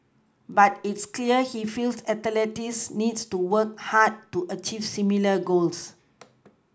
but it's clear he feels athletes need to work hard to achieve similar goals